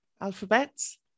alphabets